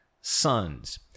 sons